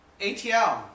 ATL